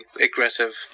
aggressive